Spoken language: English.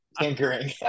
Tinkering